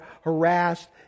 harassed